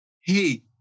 hey